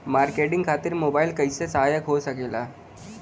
Marketing खातिर mobile कइसे सहायक हो सकेला?